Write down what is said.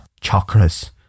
Chakras